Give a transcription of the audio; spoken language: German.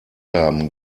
haben